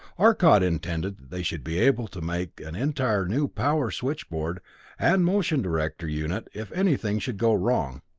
arcot intended that they should be able to make an entire new power switchboard and motion director unit if anything should go wrong,